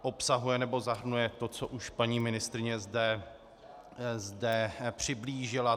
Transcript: Obsahuje nebo zahrnuje to, co už paní ministryně zde přiblížila.